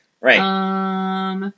Right